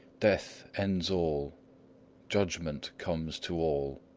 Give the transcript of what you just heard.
death ends all judgment comes to all.